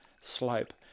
slope